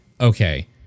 okay